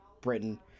Britain